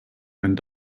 and